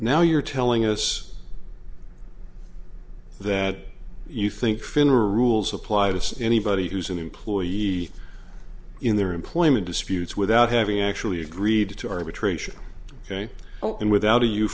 now you're telling us that you think finra rules apply this to anybody who's an employee in their employment disputes without having actually agreed to arbitration ok and without a you